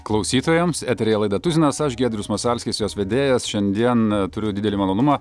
klausytojams eteryje laidą tuzinas aš giedrius masalskis jos vedėjas šiandien turiu didelį malonumą